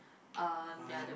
uh ya the